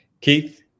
Keith